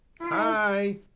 Hi